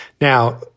Now